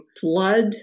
flood